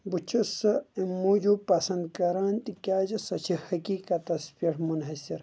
بہٕ چھُس سُہ اَمہِ موٗجوٗب پَسَنٛد کَران تِکیٛازِ سۄ چھِ حقیٖقتَس پٮ۪ٹھ مُنہَسِر